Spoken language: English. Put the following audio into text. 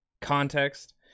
context